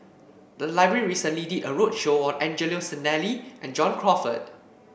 the library recently did a roadshow on Angelo Sanelli and John Crawfurd